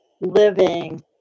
living